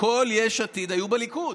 כל יש עתיד היו בליכוד.